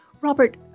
Robert